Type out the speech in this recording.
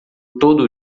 todo